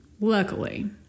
Luckily